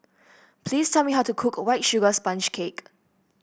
please tell me how to cook White Sugar Sponge Cake